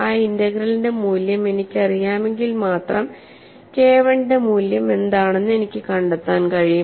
ആ ഇന്റഗ്രലിന്റെ മൂല്യം എനിക്കറിയാമെങ്കിൽ മാത്രം K I ന്റെ മൂല്യം എന്താണെന്ന് എനിക്ക് കണ്ടെത്താൻ കഴിയും